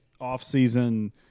off-season